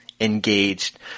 engaged